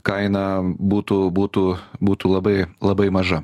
kaina būtų būtų būtų labai labai maža